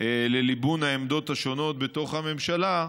לליבון העמדות השונות בתוך הממשלה,